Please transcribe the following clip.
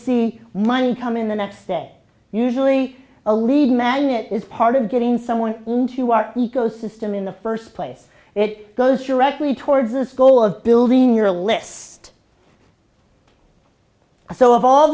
see money come in the next day usually a lead magnet is part of getting someone into our ecosystem in the first place it goes directly towards us goal of building your list so of all